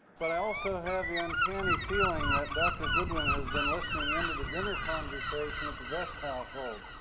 but i also have the uncanny feeling that dr. goodwin has been listening in to the dinner conversation at the vest household.